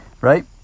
right